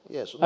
Yes